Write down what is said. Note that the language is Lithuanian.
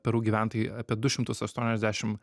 peru gyventojai apie du šimtus astuoniasdešim